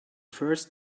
first